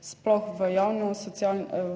sploh v javno